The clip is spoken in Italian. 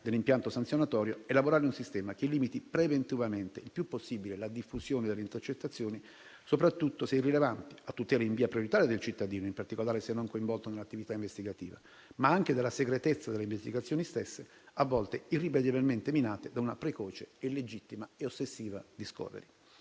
dell'impianto sanzionatorio, elaborare un sistema che limiti preventivamente, il più possibile, la diffusione delle intercettazioni, soprattutto se irrilevanti, a tutela in via prioritaria del cittadino, in particolare se non coinvolto nell'attività investigativa, ma anche della segretezza delle investigazioni stesse, a volte irrimediabilmente minate da una precoce, illegittima e ossessiva *discovery*.